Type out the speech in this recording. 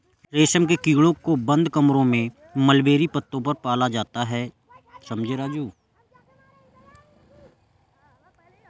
रेशम के कीड़ों को बंद कमरों में मलबेरी पत्तों पर पाला जाता है समझे राजू